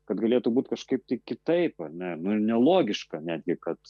kad galėtų būt kažkaip tai kitaip ar ne nu nelogiška netgi kad